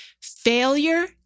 Failure